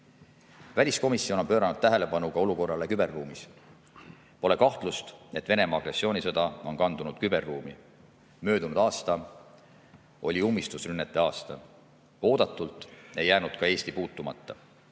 Väliskomisjon on pööranud tähelepanu ka olukorrale küberruumis. Pole kahtlust, et Venemaa agressioonisõda on kandunud küberruumi. Möödunud aasta oli ummistusrünnete aasta. Oodatult ei jäänud ka Eesti puutumata.